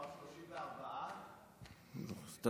חבר הכנסת אלקין, הם כבר 34?